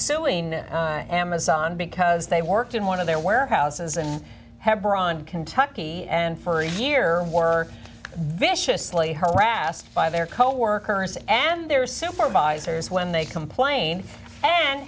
suing amazon because they worked in one of their warehouses and hebron kentucky and for a year or viciously harassed by their coworkers and their supervisors when they complain and